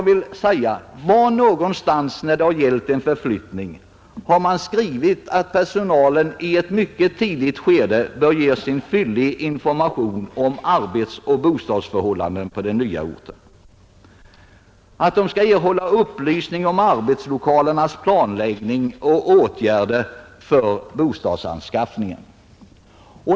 Vilken annan företagare har när det gällt förflyttning skrivit att personalen i ett mycket tidigt skede bör ges en fyllig information om arbetsoch bostadsförhållanden på den nya orten, att de skall erhålla upplysning om arbetslokalernas planläggning och åtgärder för bostadsanskaffning?